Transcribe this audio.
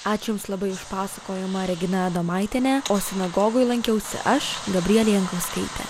ačiū jums labai už pasakojimą regina adomaitienė o sinagogoe lankiausi aš gabrielė jankauskaitė